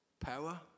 power